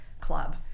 club